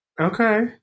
Okay